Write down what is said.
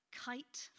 kite